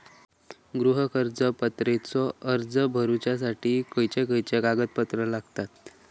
गृह कर्ज पात्रतेचो अर्ज भरुच्यासाठी खयचे खयचे कागदपत्र लागतत?